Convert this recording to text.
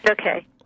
Okay